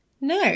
no